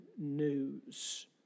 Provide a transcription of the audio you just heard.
news